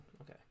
Okay